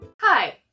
Hi